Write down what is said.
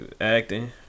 acting